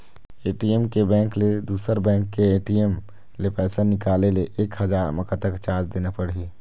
ATM के bank ले दुसर बैंक के ए.टी.एम ले पैसा निकाले ले एक हजार मा कतक चार्ज देना पड़ही?